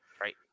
Right